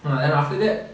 and after that